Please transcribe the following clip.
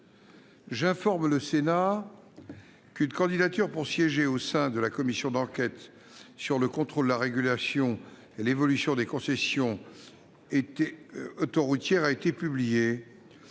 J'informe le Sénat qu'une candidature pour siéger au sein de la commission d'enquête sur le contrôle, la régulation et l'évolution des concessions autoroutières a été publiée.